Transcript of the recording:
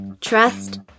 trust